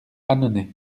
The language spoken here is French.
annonay